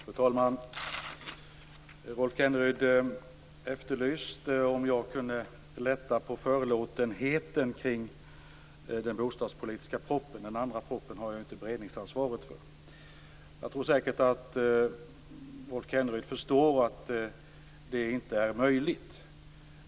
Fru talman! Rolf Kenneryd undrade om jag kunde lätta på förlåten kring den bostadspolitiska propositionen. Den andra propositionen har jag ju inte beredningsansvaret för. Rolf Kenneryd förstår säkert att det inte är möjligt.